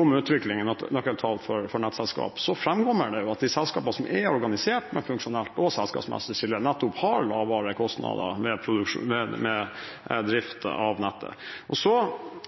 om utvikling i nøkkeltall for nettselskap, fremkommer det jo at de selskapene som er organisert med funksjonelt og selskapsmessig skille, nettopp har lavere kostnader ved drift av nettet. Så